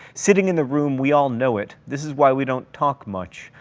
sitting in the room we all know it. this is why we don't talk much.